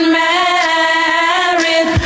married